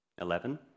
Eleven